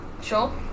sure